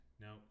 Now